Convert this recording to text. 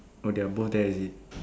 oh they are both there is it